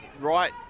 right